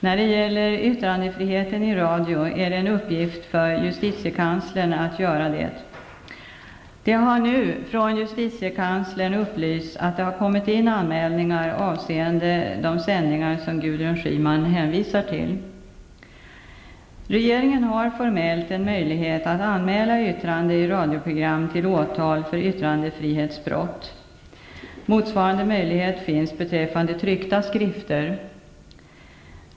När det gäller yttrandefriheten i radio är det en uppgift för justitiekanslern att göra detta. Det har från justitiekanslern upplysts att det har kommit in anmälningar avseende de sändningar som Gudrun Schyman hänvisar till. Regeringen har formellt en möjlighet att anmäla yttrande i radioprogram till åtal för yttrandefrihetsbrott. Motsvarande möjlighet finns beträffande tryckta skrifter.